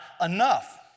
enough